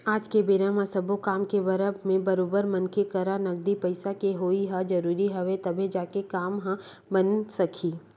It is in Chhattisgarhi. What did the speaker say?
आज के बेरा म सब्बो काम के परब म बरोबर मनखे करा नगदी पइसा के होवई ह जरुरी हवय तभे जाके काम ह बने सकही